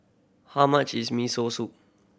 how much is Miso Soup